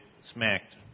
smacked